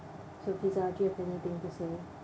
so fizah do you have anything to say